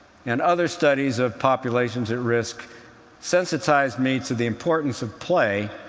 and other studies of populations at risk sensitized me to the importance of play,